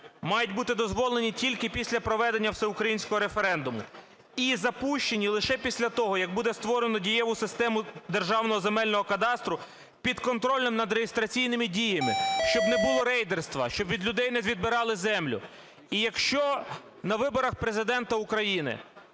мають бути дозволені тільки після проведення всеукраїнського референдуму. І запущені лише після того, як буде створено дієву систему Державного земельного кадастру підконтрольним над реєстраційними діями, щоб не було рейдерства, щоб від людей не відбирали землю. І якщо на виборах Президента України